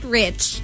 rich